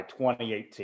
2018